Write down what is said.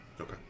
Okay